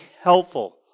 helpful